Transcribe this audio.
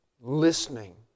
listening